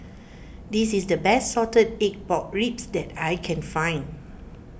this is the best Salted Egg Pork Ribs that I can find